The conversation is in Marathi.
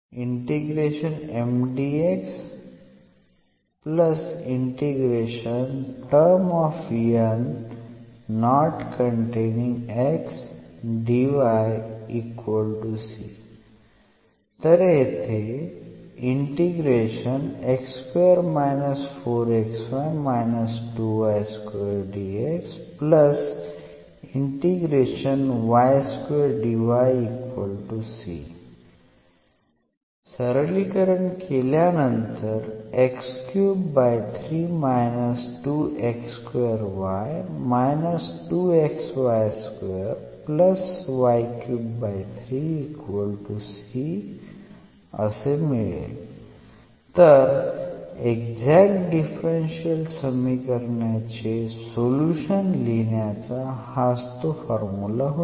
तर येथे तर एक्झॅक्ट डिफरन्शियल समीकरणाचे सोल्युशन लिहिण्याचा हाच तो फॉर्मुला होता